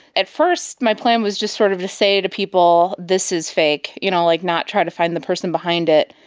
at first my plan was just sort of to say to people, this is fake, you know, like not try to find the person behind it.